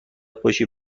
خوشی